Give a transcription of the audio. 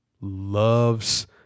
loves